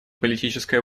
политическая